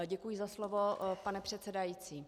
Děkuji za slovo, pane předsedající.